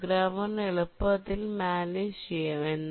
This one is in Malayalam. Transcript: പ്രോഗ്രാമ്മറിന് എളുപ്പത്തിൽ മാനേജ് ചെയ്യാം